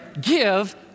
give